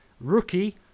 rookie